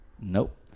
Nope